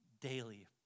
daily